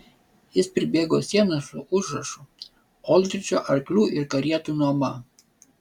jis pribėgo sieną su užrašu oldridžo arklių ir karietų nuoma